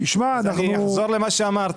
אני אחזור על מה שאמרתי.